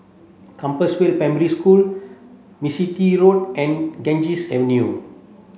Compassvale Primary School Mistri Road and Ganges Avenue